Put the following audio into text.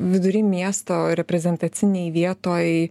vidury miesto reprezentacinėj vietoj